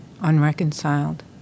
unreconciled